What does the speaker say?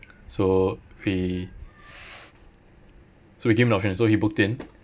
so we so we give him the options so he booked in